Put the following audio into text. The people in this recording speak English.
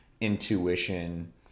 intuition